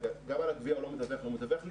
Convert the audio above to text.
גם על הגבייה הוא לא מדווח, הוא מדווח לי